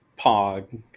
pog